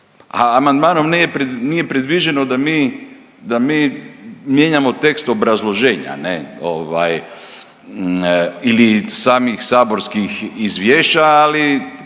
A amandmanom nije predviđeno da mi, da mi mijenjamo tekst obrazloženja, ne ovaj ili samih saborskih izvješća ali,